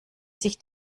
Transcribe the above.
sich